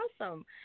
Awesome